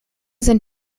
sind